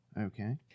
Okay